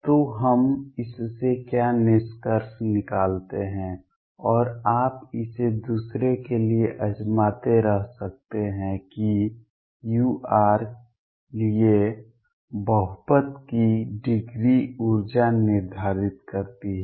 तो हम इससे क्या निष्कर्ष निकालते हैं और आप इसे दूसरे के लिए आजमाते रह सकते हैं कि u r लिए बहुपद की डिग्री ऊर्जा निर्धारित करती है